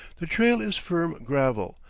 the trail is firm gravel,